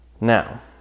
now